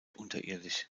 unterirdisch